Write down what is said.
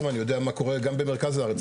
אני יודע מה קורה גם במרכז הארץ.